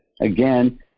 Again